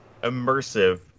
Immersive